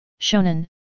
shonen